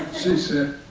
she said,